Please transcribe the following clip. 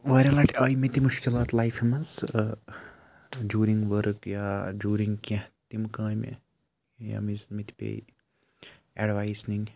واریاہ لَٹہِ آے مےٚ تہِ مُشکلات لایفہِ منٛز جوٗرِنٛگ ؤرٕک یا جوٗرِنٛگ کینٛہہ تِم کامہِ ییٚمہِ وِزِ مےٚ تہِ پے اٮ۪ڈوایس نِنۍ